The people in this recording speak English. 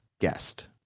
guest